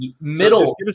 Middle